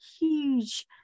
huge